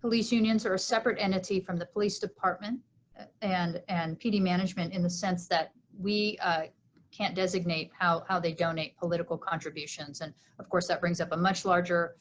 police unions are a separate entity from the police department and and pd management in the sense that we can't designate how how they donate political contributions and of course that brings up a much larger